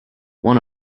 one